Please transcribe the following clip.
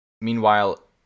Meanwhile